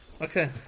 Okay